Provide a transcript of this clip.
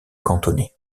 cantonais